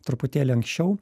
truputėlį anksčiau